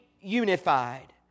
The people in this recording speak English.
unified